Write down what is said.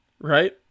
Right